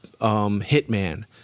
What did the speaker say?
hitman